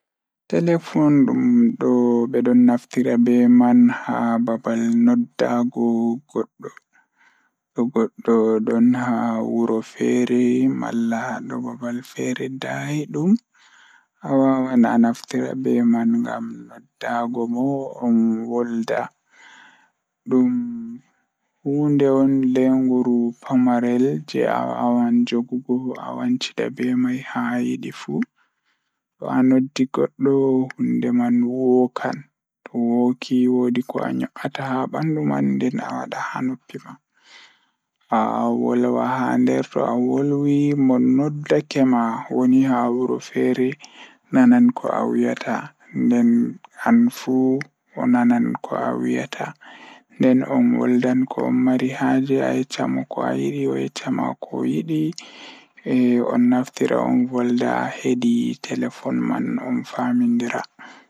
Telefoon ko nafaade e njiytaade haala e ngelɗi baafal ngal. Nde eɓe daɓɓi ngal, fota e nder laawol, ndiyam ngol nafaade hay faama haala, e yekkude e dow laawol ɗiɗi. Ko honɗude ngal, siwtude